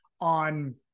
on